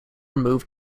moved